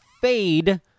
fade